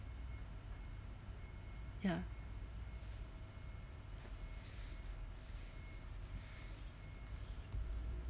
ya